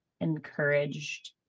encouraged